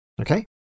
Okay